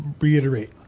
reiterate